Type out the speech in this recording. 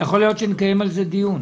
יכול להיות שנקיים על זה דיון,